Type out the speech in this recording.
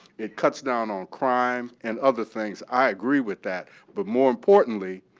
it cuts down on crime and other things. i agree with that. but more importantly,